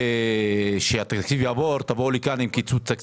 אחרינו חברת הכנסת עאידה תומא סלימאן.